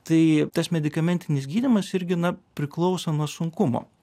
tai tas medikamentinis gydymas irgi na priklauso nuo sunkumo